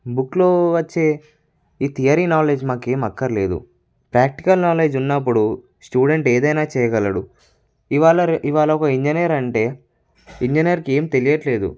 బుక్లో వచ్చే ఈ థియరీ నాలెడ్జ్ మాకు ఏమి అక్కర లేదు ప్రాక్టీకల్ నాలెడ్జ్ ఉన్నప్పుడు స్టూడెంట్ ఏదైనా చేయగలడు ఇవాళ ఇవాళ ఒక ఇంజనీర్ అంటే ఇంజనీర్కి ఏమి తెలియటం లేదు